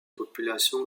population